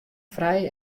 frij